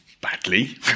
badly